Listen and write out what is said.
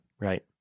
Right